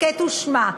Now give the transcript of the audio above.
הסכת ושמע.